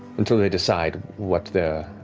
until they decide what their